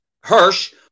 Hirsch